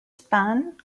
span